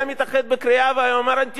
היה מתאחד בקריאה והיה אומר: אנטישמי,